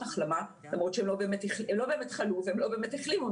החלמה למרות שהם לא באמת חלו ולא באמת החלימו.